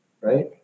right